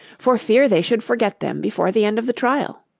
for fear they should forget them before the end of the trial